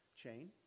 chain